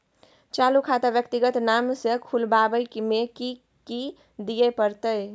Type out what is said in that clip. चालू खाता व्यक्तिगत नाम से खुलवाबै में कि की दिये परतै?